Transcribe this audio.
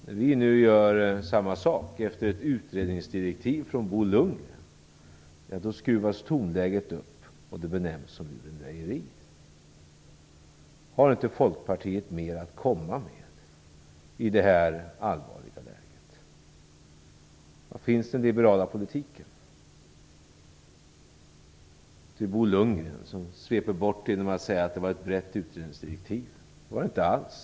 När vi nu gör samma sak efter ett utredningsdirektiv från Bo Lundgren, då skruvas tonläget upp och det benämns som lurendrejeri. Har inte Folkpartiet mer att komma med i detta allvarliga läge? Var finns den liberala politiken? Till Bo Lundgren, som sveper över med att säga att det var ett brett utredningsdirektiv, vill jag säga: Det var det inte alls.